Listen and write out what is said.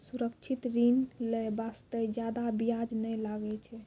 सुरक्षित ऋण लै बास्ते जादा बियाज नै लागै छै